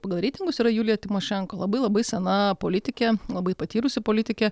pagal reitingus yra julija tymošenko labai labai sena politikė labai patyrusi politikė